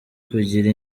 kugira